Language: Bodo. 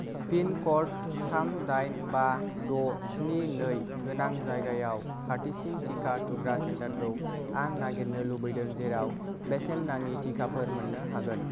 पिनक'ड थाम दाइन बा द' स्नि नै गोनां जायगायाव खाथिसिन टिका थुग्रा सेन्टारखौ आं नागिरनो लुबैदों जेराव बेसेन नाङि टिकाफोर मोननो हागोन